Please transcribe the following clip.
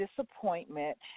disappointment